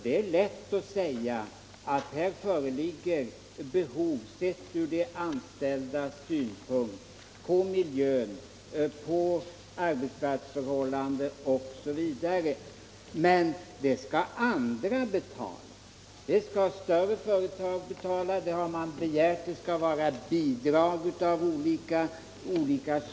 Det är lätt att säga att här sett ur de anställdas synpunkt föreligger ett behov av bättre miljö, bättre arbetsförhållanden osv., men andra skall betala detta. Det skall större företag betala, har man begärt, genom bidrag av olika slag.